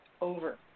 over